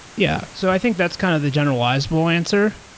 yeah. so i think that's kind of the generalizable answer,